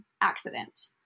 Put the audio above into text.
accident